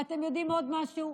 ואתם יודעים עוד משהו?